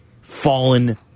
fallen